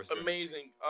Amazing